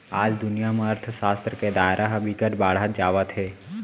आज दुनिया म अर्थसास्त्र के दायरा ह बिकट बाड़हत जावत हे